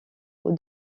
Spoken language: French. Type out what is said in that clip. aux